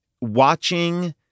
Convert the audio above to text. watching